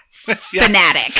fanatic